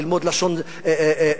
ללמוד לשון צרפתית,